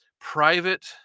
private